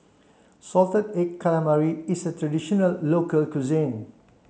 salted egg calamari is a traditional local cuisine